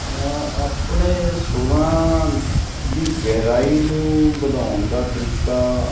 ਆਪਣੇ ਸੁਰਾਂ ਦੀ ਗਹਿਰਾਈ ਨੂੰ ਵਧਾਉਣ ਦਾ ਤਰੀਕਾ